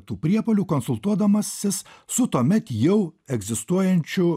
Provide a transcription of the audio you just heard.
tų priepuolių konsultuodamasis su tuomet jau egzistuojančiu